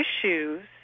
issues